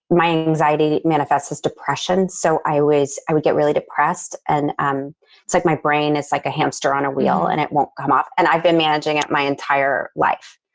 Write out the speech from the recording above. my anxiety manifests as depression. so i always, i would get really depressed. and um it's like my brain is like a hamster on a wheel and it won't come off. and i've been managing it my entire life.